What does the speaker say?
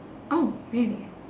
oh really